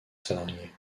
salariés